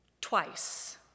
twice